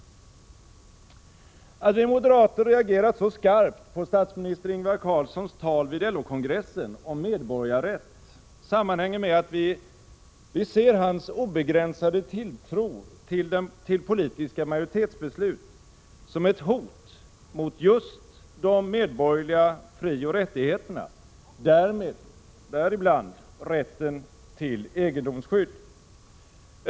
Att vi moderater reagerat så skarpt på statsminister Ingvar Carlssons tal vid LO-kongressen om medborgarrätt sammanhänger med att vi ser hans Prot. 1986/87:48 obegränsade tilltro till politiska majoritetsbeslut som ett hot mot just de 12 december 1986 medborgerliga frioch rättigheterna, däribland rätten till egendomsskydd.